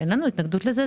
אין לנו התנגדות לזה.